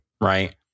right